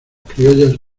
criollas